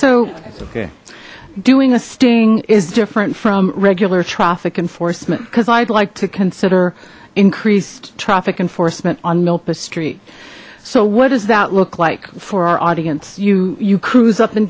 so okay doing a sting is different from regular traffic enforcement because i'd like to consider increased traffic enforcement on milpa street so what does that look like for our audience you you cruise up and